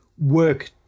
work